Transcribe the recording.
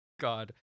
God